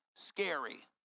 scary